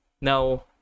now